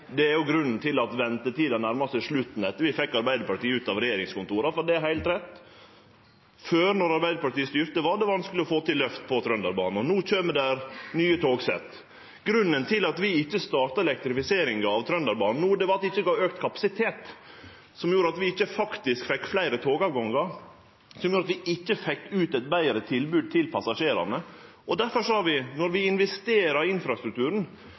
Det er òg grunnen til at ventetida nærmar seg slutten etter at vi fekk Arbeidarpartiet ut av regjeringskontora, for det er heilt rett: Før, då Arbeidarpartiet styrte, var det vanskeleg å få til eit løft på Trønderbanen. No kjem det nye togsett. Grunnen til at vi ikkje starta elektrifiseringa av Trønderbanen, var at det ikkje gav auka kapasitet, at vi ikkje fekk fleire togavgangar, som gjorde at vi ikkje fekk eit betre tilbod ut til passasjerane. Difor sa vi: Når vi investerer i infrastrukturen,